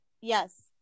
yes